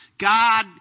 God